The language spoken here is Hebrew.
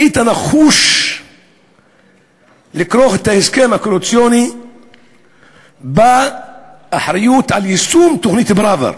היית נחוש לכרוך את ההסכם הקואליציוני באחריות ליישום תוכנית פראוור.